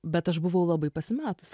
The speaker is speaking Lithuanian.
bet aš buvau labai pasimetus